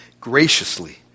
graciously